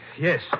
Yes